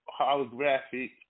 holographic